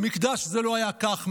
במקדש זה לא היה כך.